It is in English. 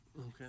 Okay